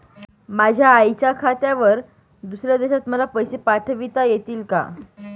माझ्या आईच्या खात्यावर दुसऱ्या देशात मला पैसे पाठविता येतील का?